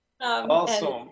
Awesome